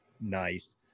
Nice